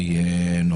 בוקר טוב לכולם,